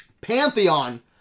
Pantheon